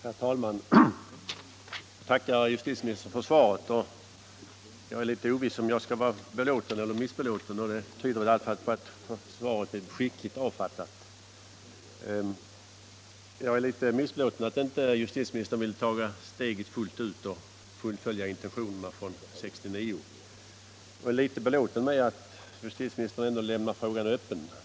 Herr talman! Jag tackar justitieministern för svaret. Jag är litet oviss om jag skall vara belåten eller missbelåten, och det tyder väl i alla fall på att svaret är skickligt avfattat. Jag är litet missbelåten med att justitieministern inte vill ta steget fullt ut och fullfölja intentionerna från 1969. Jag är litet belåten med att justitieministern ändå lämnar frågan öppen.